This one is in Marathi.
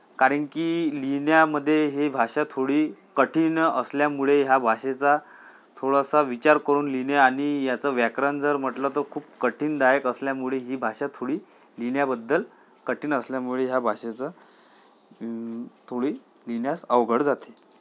कारण की लिहिण्यामध्ये हे भाषा थोडी कठीण असल्यामुळे ह्या भाषेचा थोडासा विचार करून लिहिणे आणि याचं व्याकरण जर म्हटलं तर खूप कठीणदायक असल्यामुळे ही भाषा थोडी लिहिण्याबद्दल कठीण असल्यामुळे ह्या भाषेचं थोडी लिहिण्यास अवघड जाते